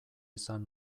izan